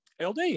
ld